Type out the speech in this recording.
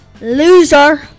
Loser